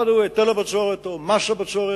אחד הוא היטל הבצורת או מס הבצורת,